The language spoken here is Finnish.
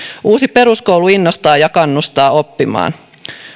uusi peruskoulu innostaa ja kannustaa oppimaan